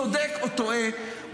צודק או טועה,